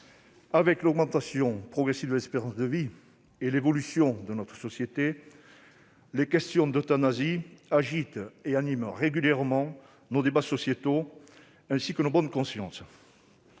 avec l'augmentation progressive de l'espérance de vie et l'évolution de notre société, les questions d'euthanasie agitent et animent régulièrement nos débats sociétaux, ainsi que nos bonnes consciences.